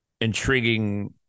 intriguing